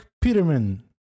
peterman